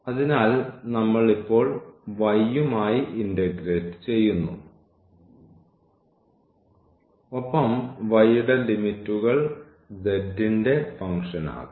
അതിനാൽ നമ്മൾ ഇപ്പോൾ y യുമായി ഇന്റഗ്രേറ്റ് ചെയ്യുന്നു ഒപ്പം y ന്റെ ലിമിറ്റുകൾ z ന്റെ ഫങ്ക്ഷനാകാം